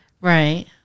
Right